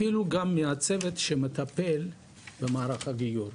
אפילו גם מהצוות שמטפל במערך הגיור.